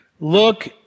Look